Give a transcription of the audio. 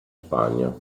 spagna